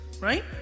right